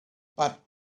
but